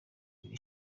ibiri